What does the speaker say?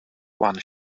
one